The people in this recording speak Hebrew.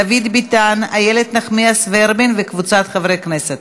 דוד ביטן ואיילת נחמיאס ורבין וקבוצת חברי הכנסת.